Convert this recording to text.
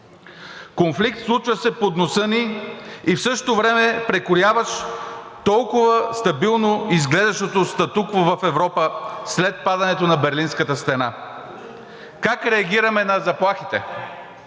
Конфликт, случващ се под носа ни и в същото време прекрояващ толкова стабилно изглеждащото статукво в Европа след падането на Берлинската стена. Как реагираме на заплахите?